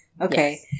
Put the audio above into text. Okay